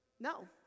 No